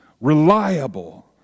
reliable